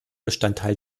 bestandteil